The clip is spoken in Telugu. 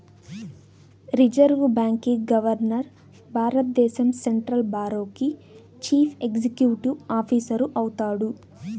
రిజర్వు బాంకీ గవర్మర్ భారద్దేశం సెంట్రల్ బారికో చీఫ్ ఎక్సిక్యూటివ్ ఆఫీసరు అయితాడు